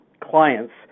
clients